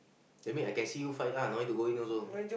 that mean I can see you fight lah don't need to go in also